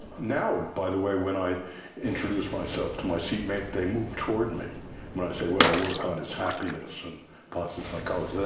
now, by the way, when i introduce myself to my seatmate they move toward me, when i say what i work on is happiness and positive psychology.